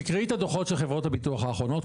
תקראי את הדוחות של חברות הביטוח האחרונות,